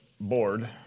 board